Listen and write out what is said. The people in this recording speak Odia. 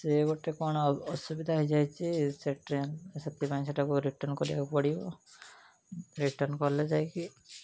ସେ ଗୋଟେ କଣ ଅସୁବିଧା ହୋଇଯାଇଛି ସେ ଟ୍ରେନ୍ ସେଥିପାଇଁ ସେଇଟା ରିଟର୍ନ କରିବାକୁ ପଡ଼ିବ ରିଟର୍ନ କଲେ ଯାଇକି